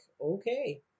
okay